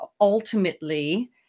ultimately